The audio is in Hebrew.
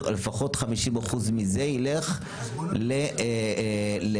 מיליון שלפחות 50% מזה יילך ל --- 75%.